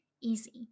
easy